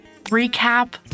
recap